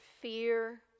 fear